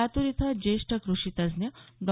लातूर इथं ज्येष्ठ कृषीतज्ञ डॉ